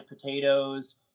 potatoes